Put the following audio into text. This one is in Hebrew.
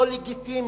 לא לגיטימי,